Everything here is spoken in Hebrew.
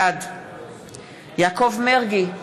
בעד יעקב מרגי,